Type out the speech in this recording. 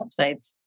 websites